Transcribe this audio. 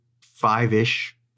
five-ish